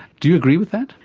do you agree with that?